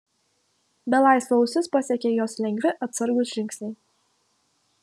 belaisvio ausis pasiekė jos lengvi atsargūs žingsniai